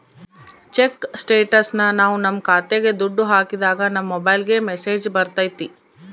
check ಸ್ಟೇಟಸ್ನ ನಾವ್ ನಮ್ ಖಾತೆಗೆ ದುಡ್ಡು ಹಾಕಿದಾಗ ನಮ್ ಮೊಬೈಲ್ಗೆ ಮೆಸ್ಸೇಜ್ ಬರ್ತೈತಿ